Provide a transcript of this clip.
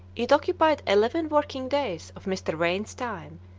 it occupied eleven working days of mr. wain's time,